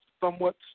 somewhat